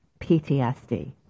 PTSD